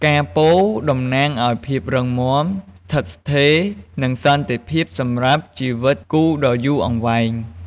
ផ្កាពោធិ៍ តំណាងអោយ ភាពរឹងមាំ ស្ថិតស្ថេរ និងសន្តិភាព សម្រាប់ជីវិតគូដ៏យូរអង្វែង។